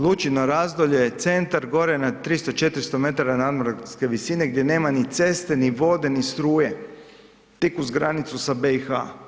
Lučino razdolje je centar gore na 300, 400m nadmorske visine gdje nema ni ceste, ni vode, ni struje tik uz granicu sa BiH.